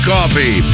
Coffee